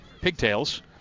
pigtails